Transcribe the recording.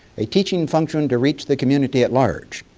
a teaching function to reach the community at large.